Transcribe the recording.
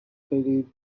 believed